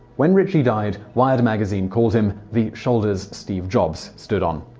when richie died, wired magazine called him the shoulders steve jobs stood on.